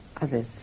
others